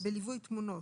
בליווי תמונות,